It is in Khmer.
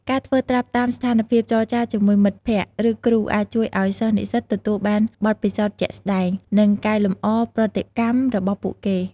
ការធ្វើត្រាប់តាមស្ថានភាពចរចាជាមួយមិត្តភក្តិ ឬគ្រូ អាចជួយឱ្យសិស្សនិស្សិតទទួលបានបទពិសោធន៍ជាក់ស្តែង និងកែលម្អប្រតិកម្មរបស់ពួកគេ។